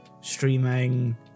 streaming